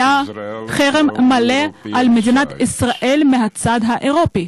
חרם מלא על מדינת ישראל מהצד האירופי,